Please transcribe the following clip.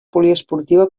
poliesportiva